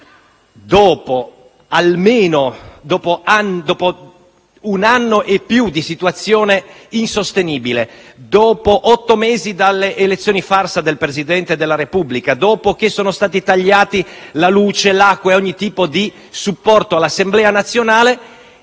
Dopo un anno e più di situazione insostenibile, dopo otto mesi dalle elezioni farsa del Presidente della Repubblica e dopo che sono stati tagliati la luce, l'acqua e ogni tipo di supporto all'Assemblea nazionale,